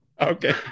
Okay